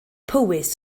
powys